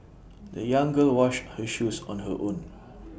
the young girl washed her shoes on her own